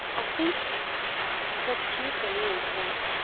i think what's key for me is that